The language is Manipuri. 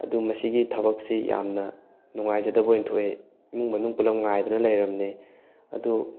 ꯑꯗꯨ ꯃꯁꯤꯒꯤ ꯊꯕꯛꯁꯤ ꯌꯥꯝꯅ ꯅꯨꯡꯉꯥꯏꯖꯗꯕ ꯑꯣꯏꯅ ꯊꯣꯛꯑꯦ ꯏꯃꯨꯡ ꯃꯅꯨꯡ ꯄꯨꯜꯂꯞ ꯉꯥꯏꯗꯅ ꯂꯩꯔꯕꯅꯦ ꯑꯗꯨ